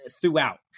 throughout